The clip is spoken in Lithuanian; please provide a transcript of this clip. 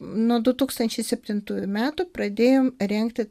nuo du tūkstančiai septintųjų metų pradėjom rengti